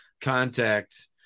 contact